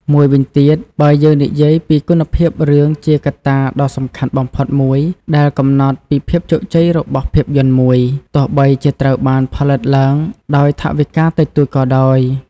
មួយវិញទៀត បើយើងនិយាយពីគុណភាពរឿងជាកត្តាដ៏សំខាន់បំផុតមួយដែលកំណត់ពីភាពជោគជ័យរបស់ភាពយន្តមួយ ទោះបីជាត្រូវបានផលិតឡើងដោយថវិកាតិចតួចក៏ដោយ។